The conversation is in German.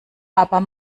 aber